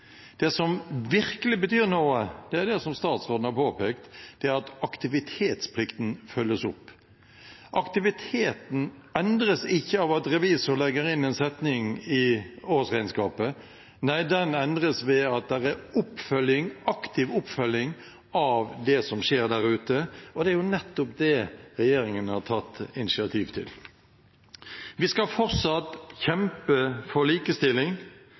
Det som virkelig betyr noe, er det som statsråden har påpekt, at aktivitetsplikten følges opp. Aktiviteten endres ikke av at revisor legger inn en setning i årsregnskapet. Nei, den endres ved at det er oppfølging, aktiv oppfølging, av det som skjer der ute, og det er nettopp det regjeringen har tatt initiativ til. Vi skal fortsatt kjempe for likestilling.